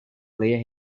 clear